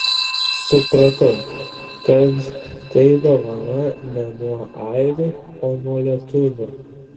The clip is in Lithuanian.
supratau kad tai dovana ne nuo airių o nuo lietuvių